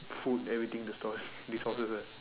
food everything the store resources ah